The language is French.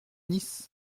nice